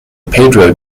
pedro